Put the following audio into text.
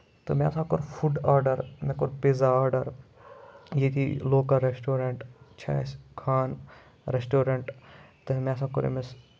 تہٕ مےٚ سا کوٚر فوٚڈ آرڈر مےٚ کوٚر پِزا آرڈر ییٚتی لوکَل ریسٹورنٹ چھِ اَسہِ خان ریسٹورنٹ تہٕ مےٚ سا کوٚر أمِس